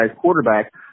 quarterback